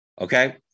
Okay